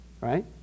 right